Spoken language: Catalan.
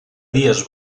dies